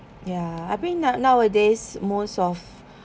ya I think nowadays most of